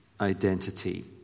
identity